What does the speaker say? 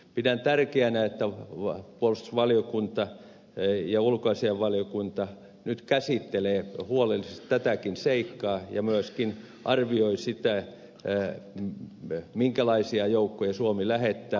pidän tärkeänä että puolustusvaliokunta ja ulkoasiainvaliokunta nyt käsittelevät huolellisesti tätäkin seikkaa ja myöskin arvioivat sitä minkälaisia joukkoja suomi lähettää